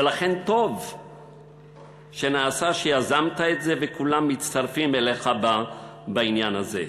ולכן טוב נעשה שיזמת את זה וכולם מצטרפים אליך בעניין הזה.